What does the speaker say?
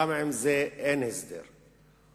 גם עם זה אין שום הסדר,